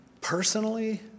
personally